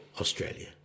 Australia